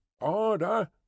Order